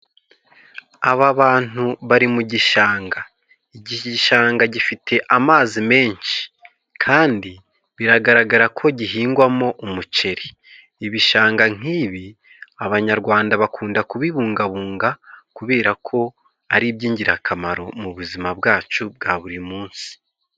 Aba bantu bari mu gishanga iki gishanga gifite amazi menshi kandi biragaragara ko gihingwamo umuceri ibishanga nk'ibi abanyarwanda bakunda kubibungabunga kubera ko ari iby'ingirakamaro mu buzima bwacu bwa buri munsi.